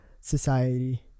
society